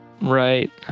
Right